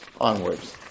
Onwards